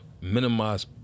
minimize